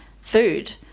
food